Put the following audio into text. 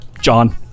John